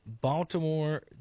Baltimore